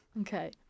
Okay